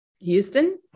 Houston